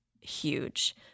huge